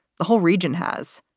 the whole region has.